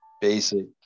basic